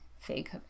fake